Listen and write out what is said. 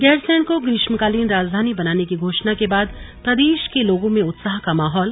गैरसैंण को ग्रीष्मकालीन राजधानी बनाने की घोषणा के बाद प्रदेश के लोगों में उत्साह का माहौल